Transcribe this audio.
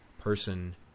person